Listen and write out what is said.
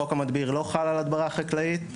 חוק המדביר לא חל על הדברה חקלאית,